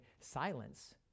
silence